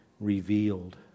revealed